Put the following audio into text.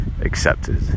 accepted